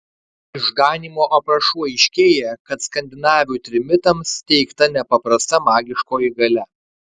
iš ganymo aprašų aiškėja kad skandinavių trimitams teikta nepaprasta magiškoji galia